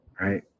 right